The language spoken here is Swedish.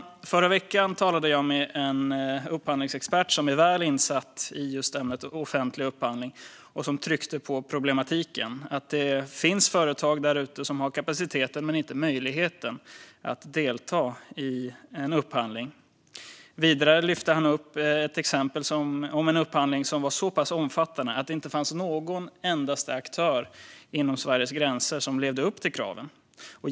I förra veckan talade jag med en upphandlingsexpert som är väl insatt i ämnet offentlig upphandling och som tryckte på problematiken att det finns företag där ute som har kapaciteten men inte möjligheten att delta i en upphandling. Vidare lyfte han upp ett exempel om en upphandling som var så pass omfattande att det inte fanns en enda aktör inom Sveriges gränser som levde upp till kraven.